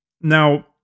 Now